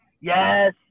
Yes